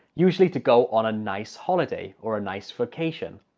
usually to go on a nice holiday or a nice vacation.